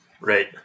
Right